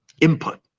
input